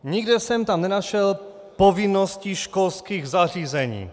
Nikde jsem tam nenašel povinnosti školských zařízení.